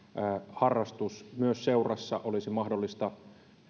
harrastus myös seurassa olisi